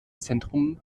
zentrum